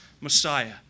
Messiah